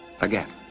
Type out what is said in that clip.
Again